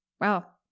Well